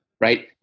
Right